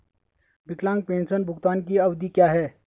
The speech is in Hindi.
विकलांग पेंशन भुगतान की अवधि क्या है?